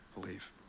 believe